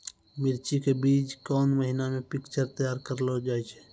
मिर्ची के बीज कौन महीना मे पिक्चर तैयार करऽ लो जा?